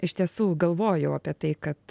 iš tiesų galvojau apie tai kad